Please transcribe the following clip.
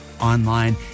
online